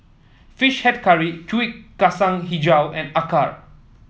fish head curry Kuih Kacang hijau and Acar